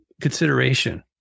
consideration